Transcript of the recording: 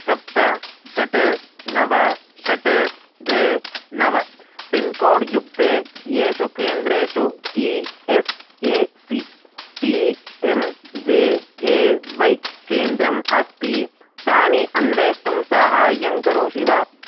सप्त षट् नव षट् द्वे नव पिन्कोड् युक्ते येषु केन्द्रेषु E S A C P M J A Y केन्द्रम् अस्ति तानि अन्वेष्टुं साहाय्यं करोषि वा